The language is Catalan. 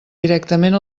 directament